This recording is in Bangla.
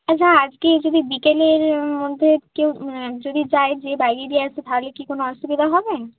আচ্ছা আজকে যদি বিকেলের মধ্যে কেউ যদি যায় যেয়ে লাগিয়ে দিয়ে আসে তাহলে কি কোনো অসুবিধা হবে